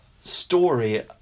story